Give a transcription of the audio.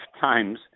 times